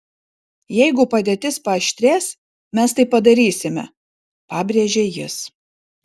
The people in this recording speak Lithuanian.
jeigu padėtis paaštrės mes tai padarysime pabrėžė jis